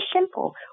simple